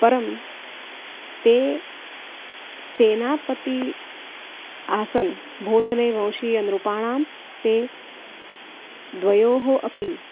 परं ते सेनापतिः आसन् भोसले वंशीयनृपाणां ते द्वयोः अपि